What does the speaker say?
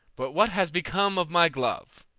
but what has become of my glove?